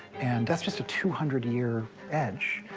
and that's just a two hundred year edge.